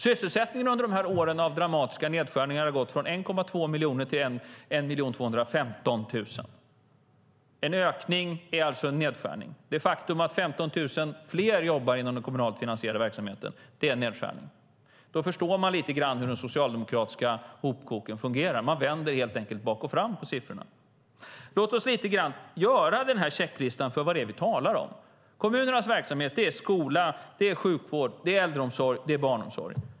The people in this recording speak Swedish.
Sysselsättningen under de här åren av dramatiska nedskärningar har gått från 1,2 miljoner till 1 215 000. En ökning är alltså en nedskärning. Det faktum att 15 000 fler jobbar inom den kommunalt finansierade verksamheten, det är en nedskärning. Då förstår man lite grann hur de socialdemokratiska hopkoken fungerar. Man vänder helt enkelt bak och fram på siffrorna. Låt oss göra en checklista för vad det är vi talar om. Kommunernas verksamhet är skola, sjukvård, äldreomsorg och barnomsorg.